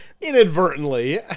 inadvertently